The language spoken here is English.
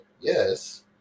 yes